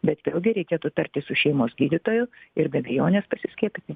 bet vėlgi reikėtų tartis su šeimos gydytoju ir be abejonės pasiskiepyti